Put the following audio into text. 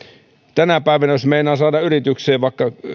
tänä päivänä jos meinaa saada yritykseen vaikka